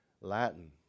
Latin